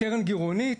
הקרן גרעונית,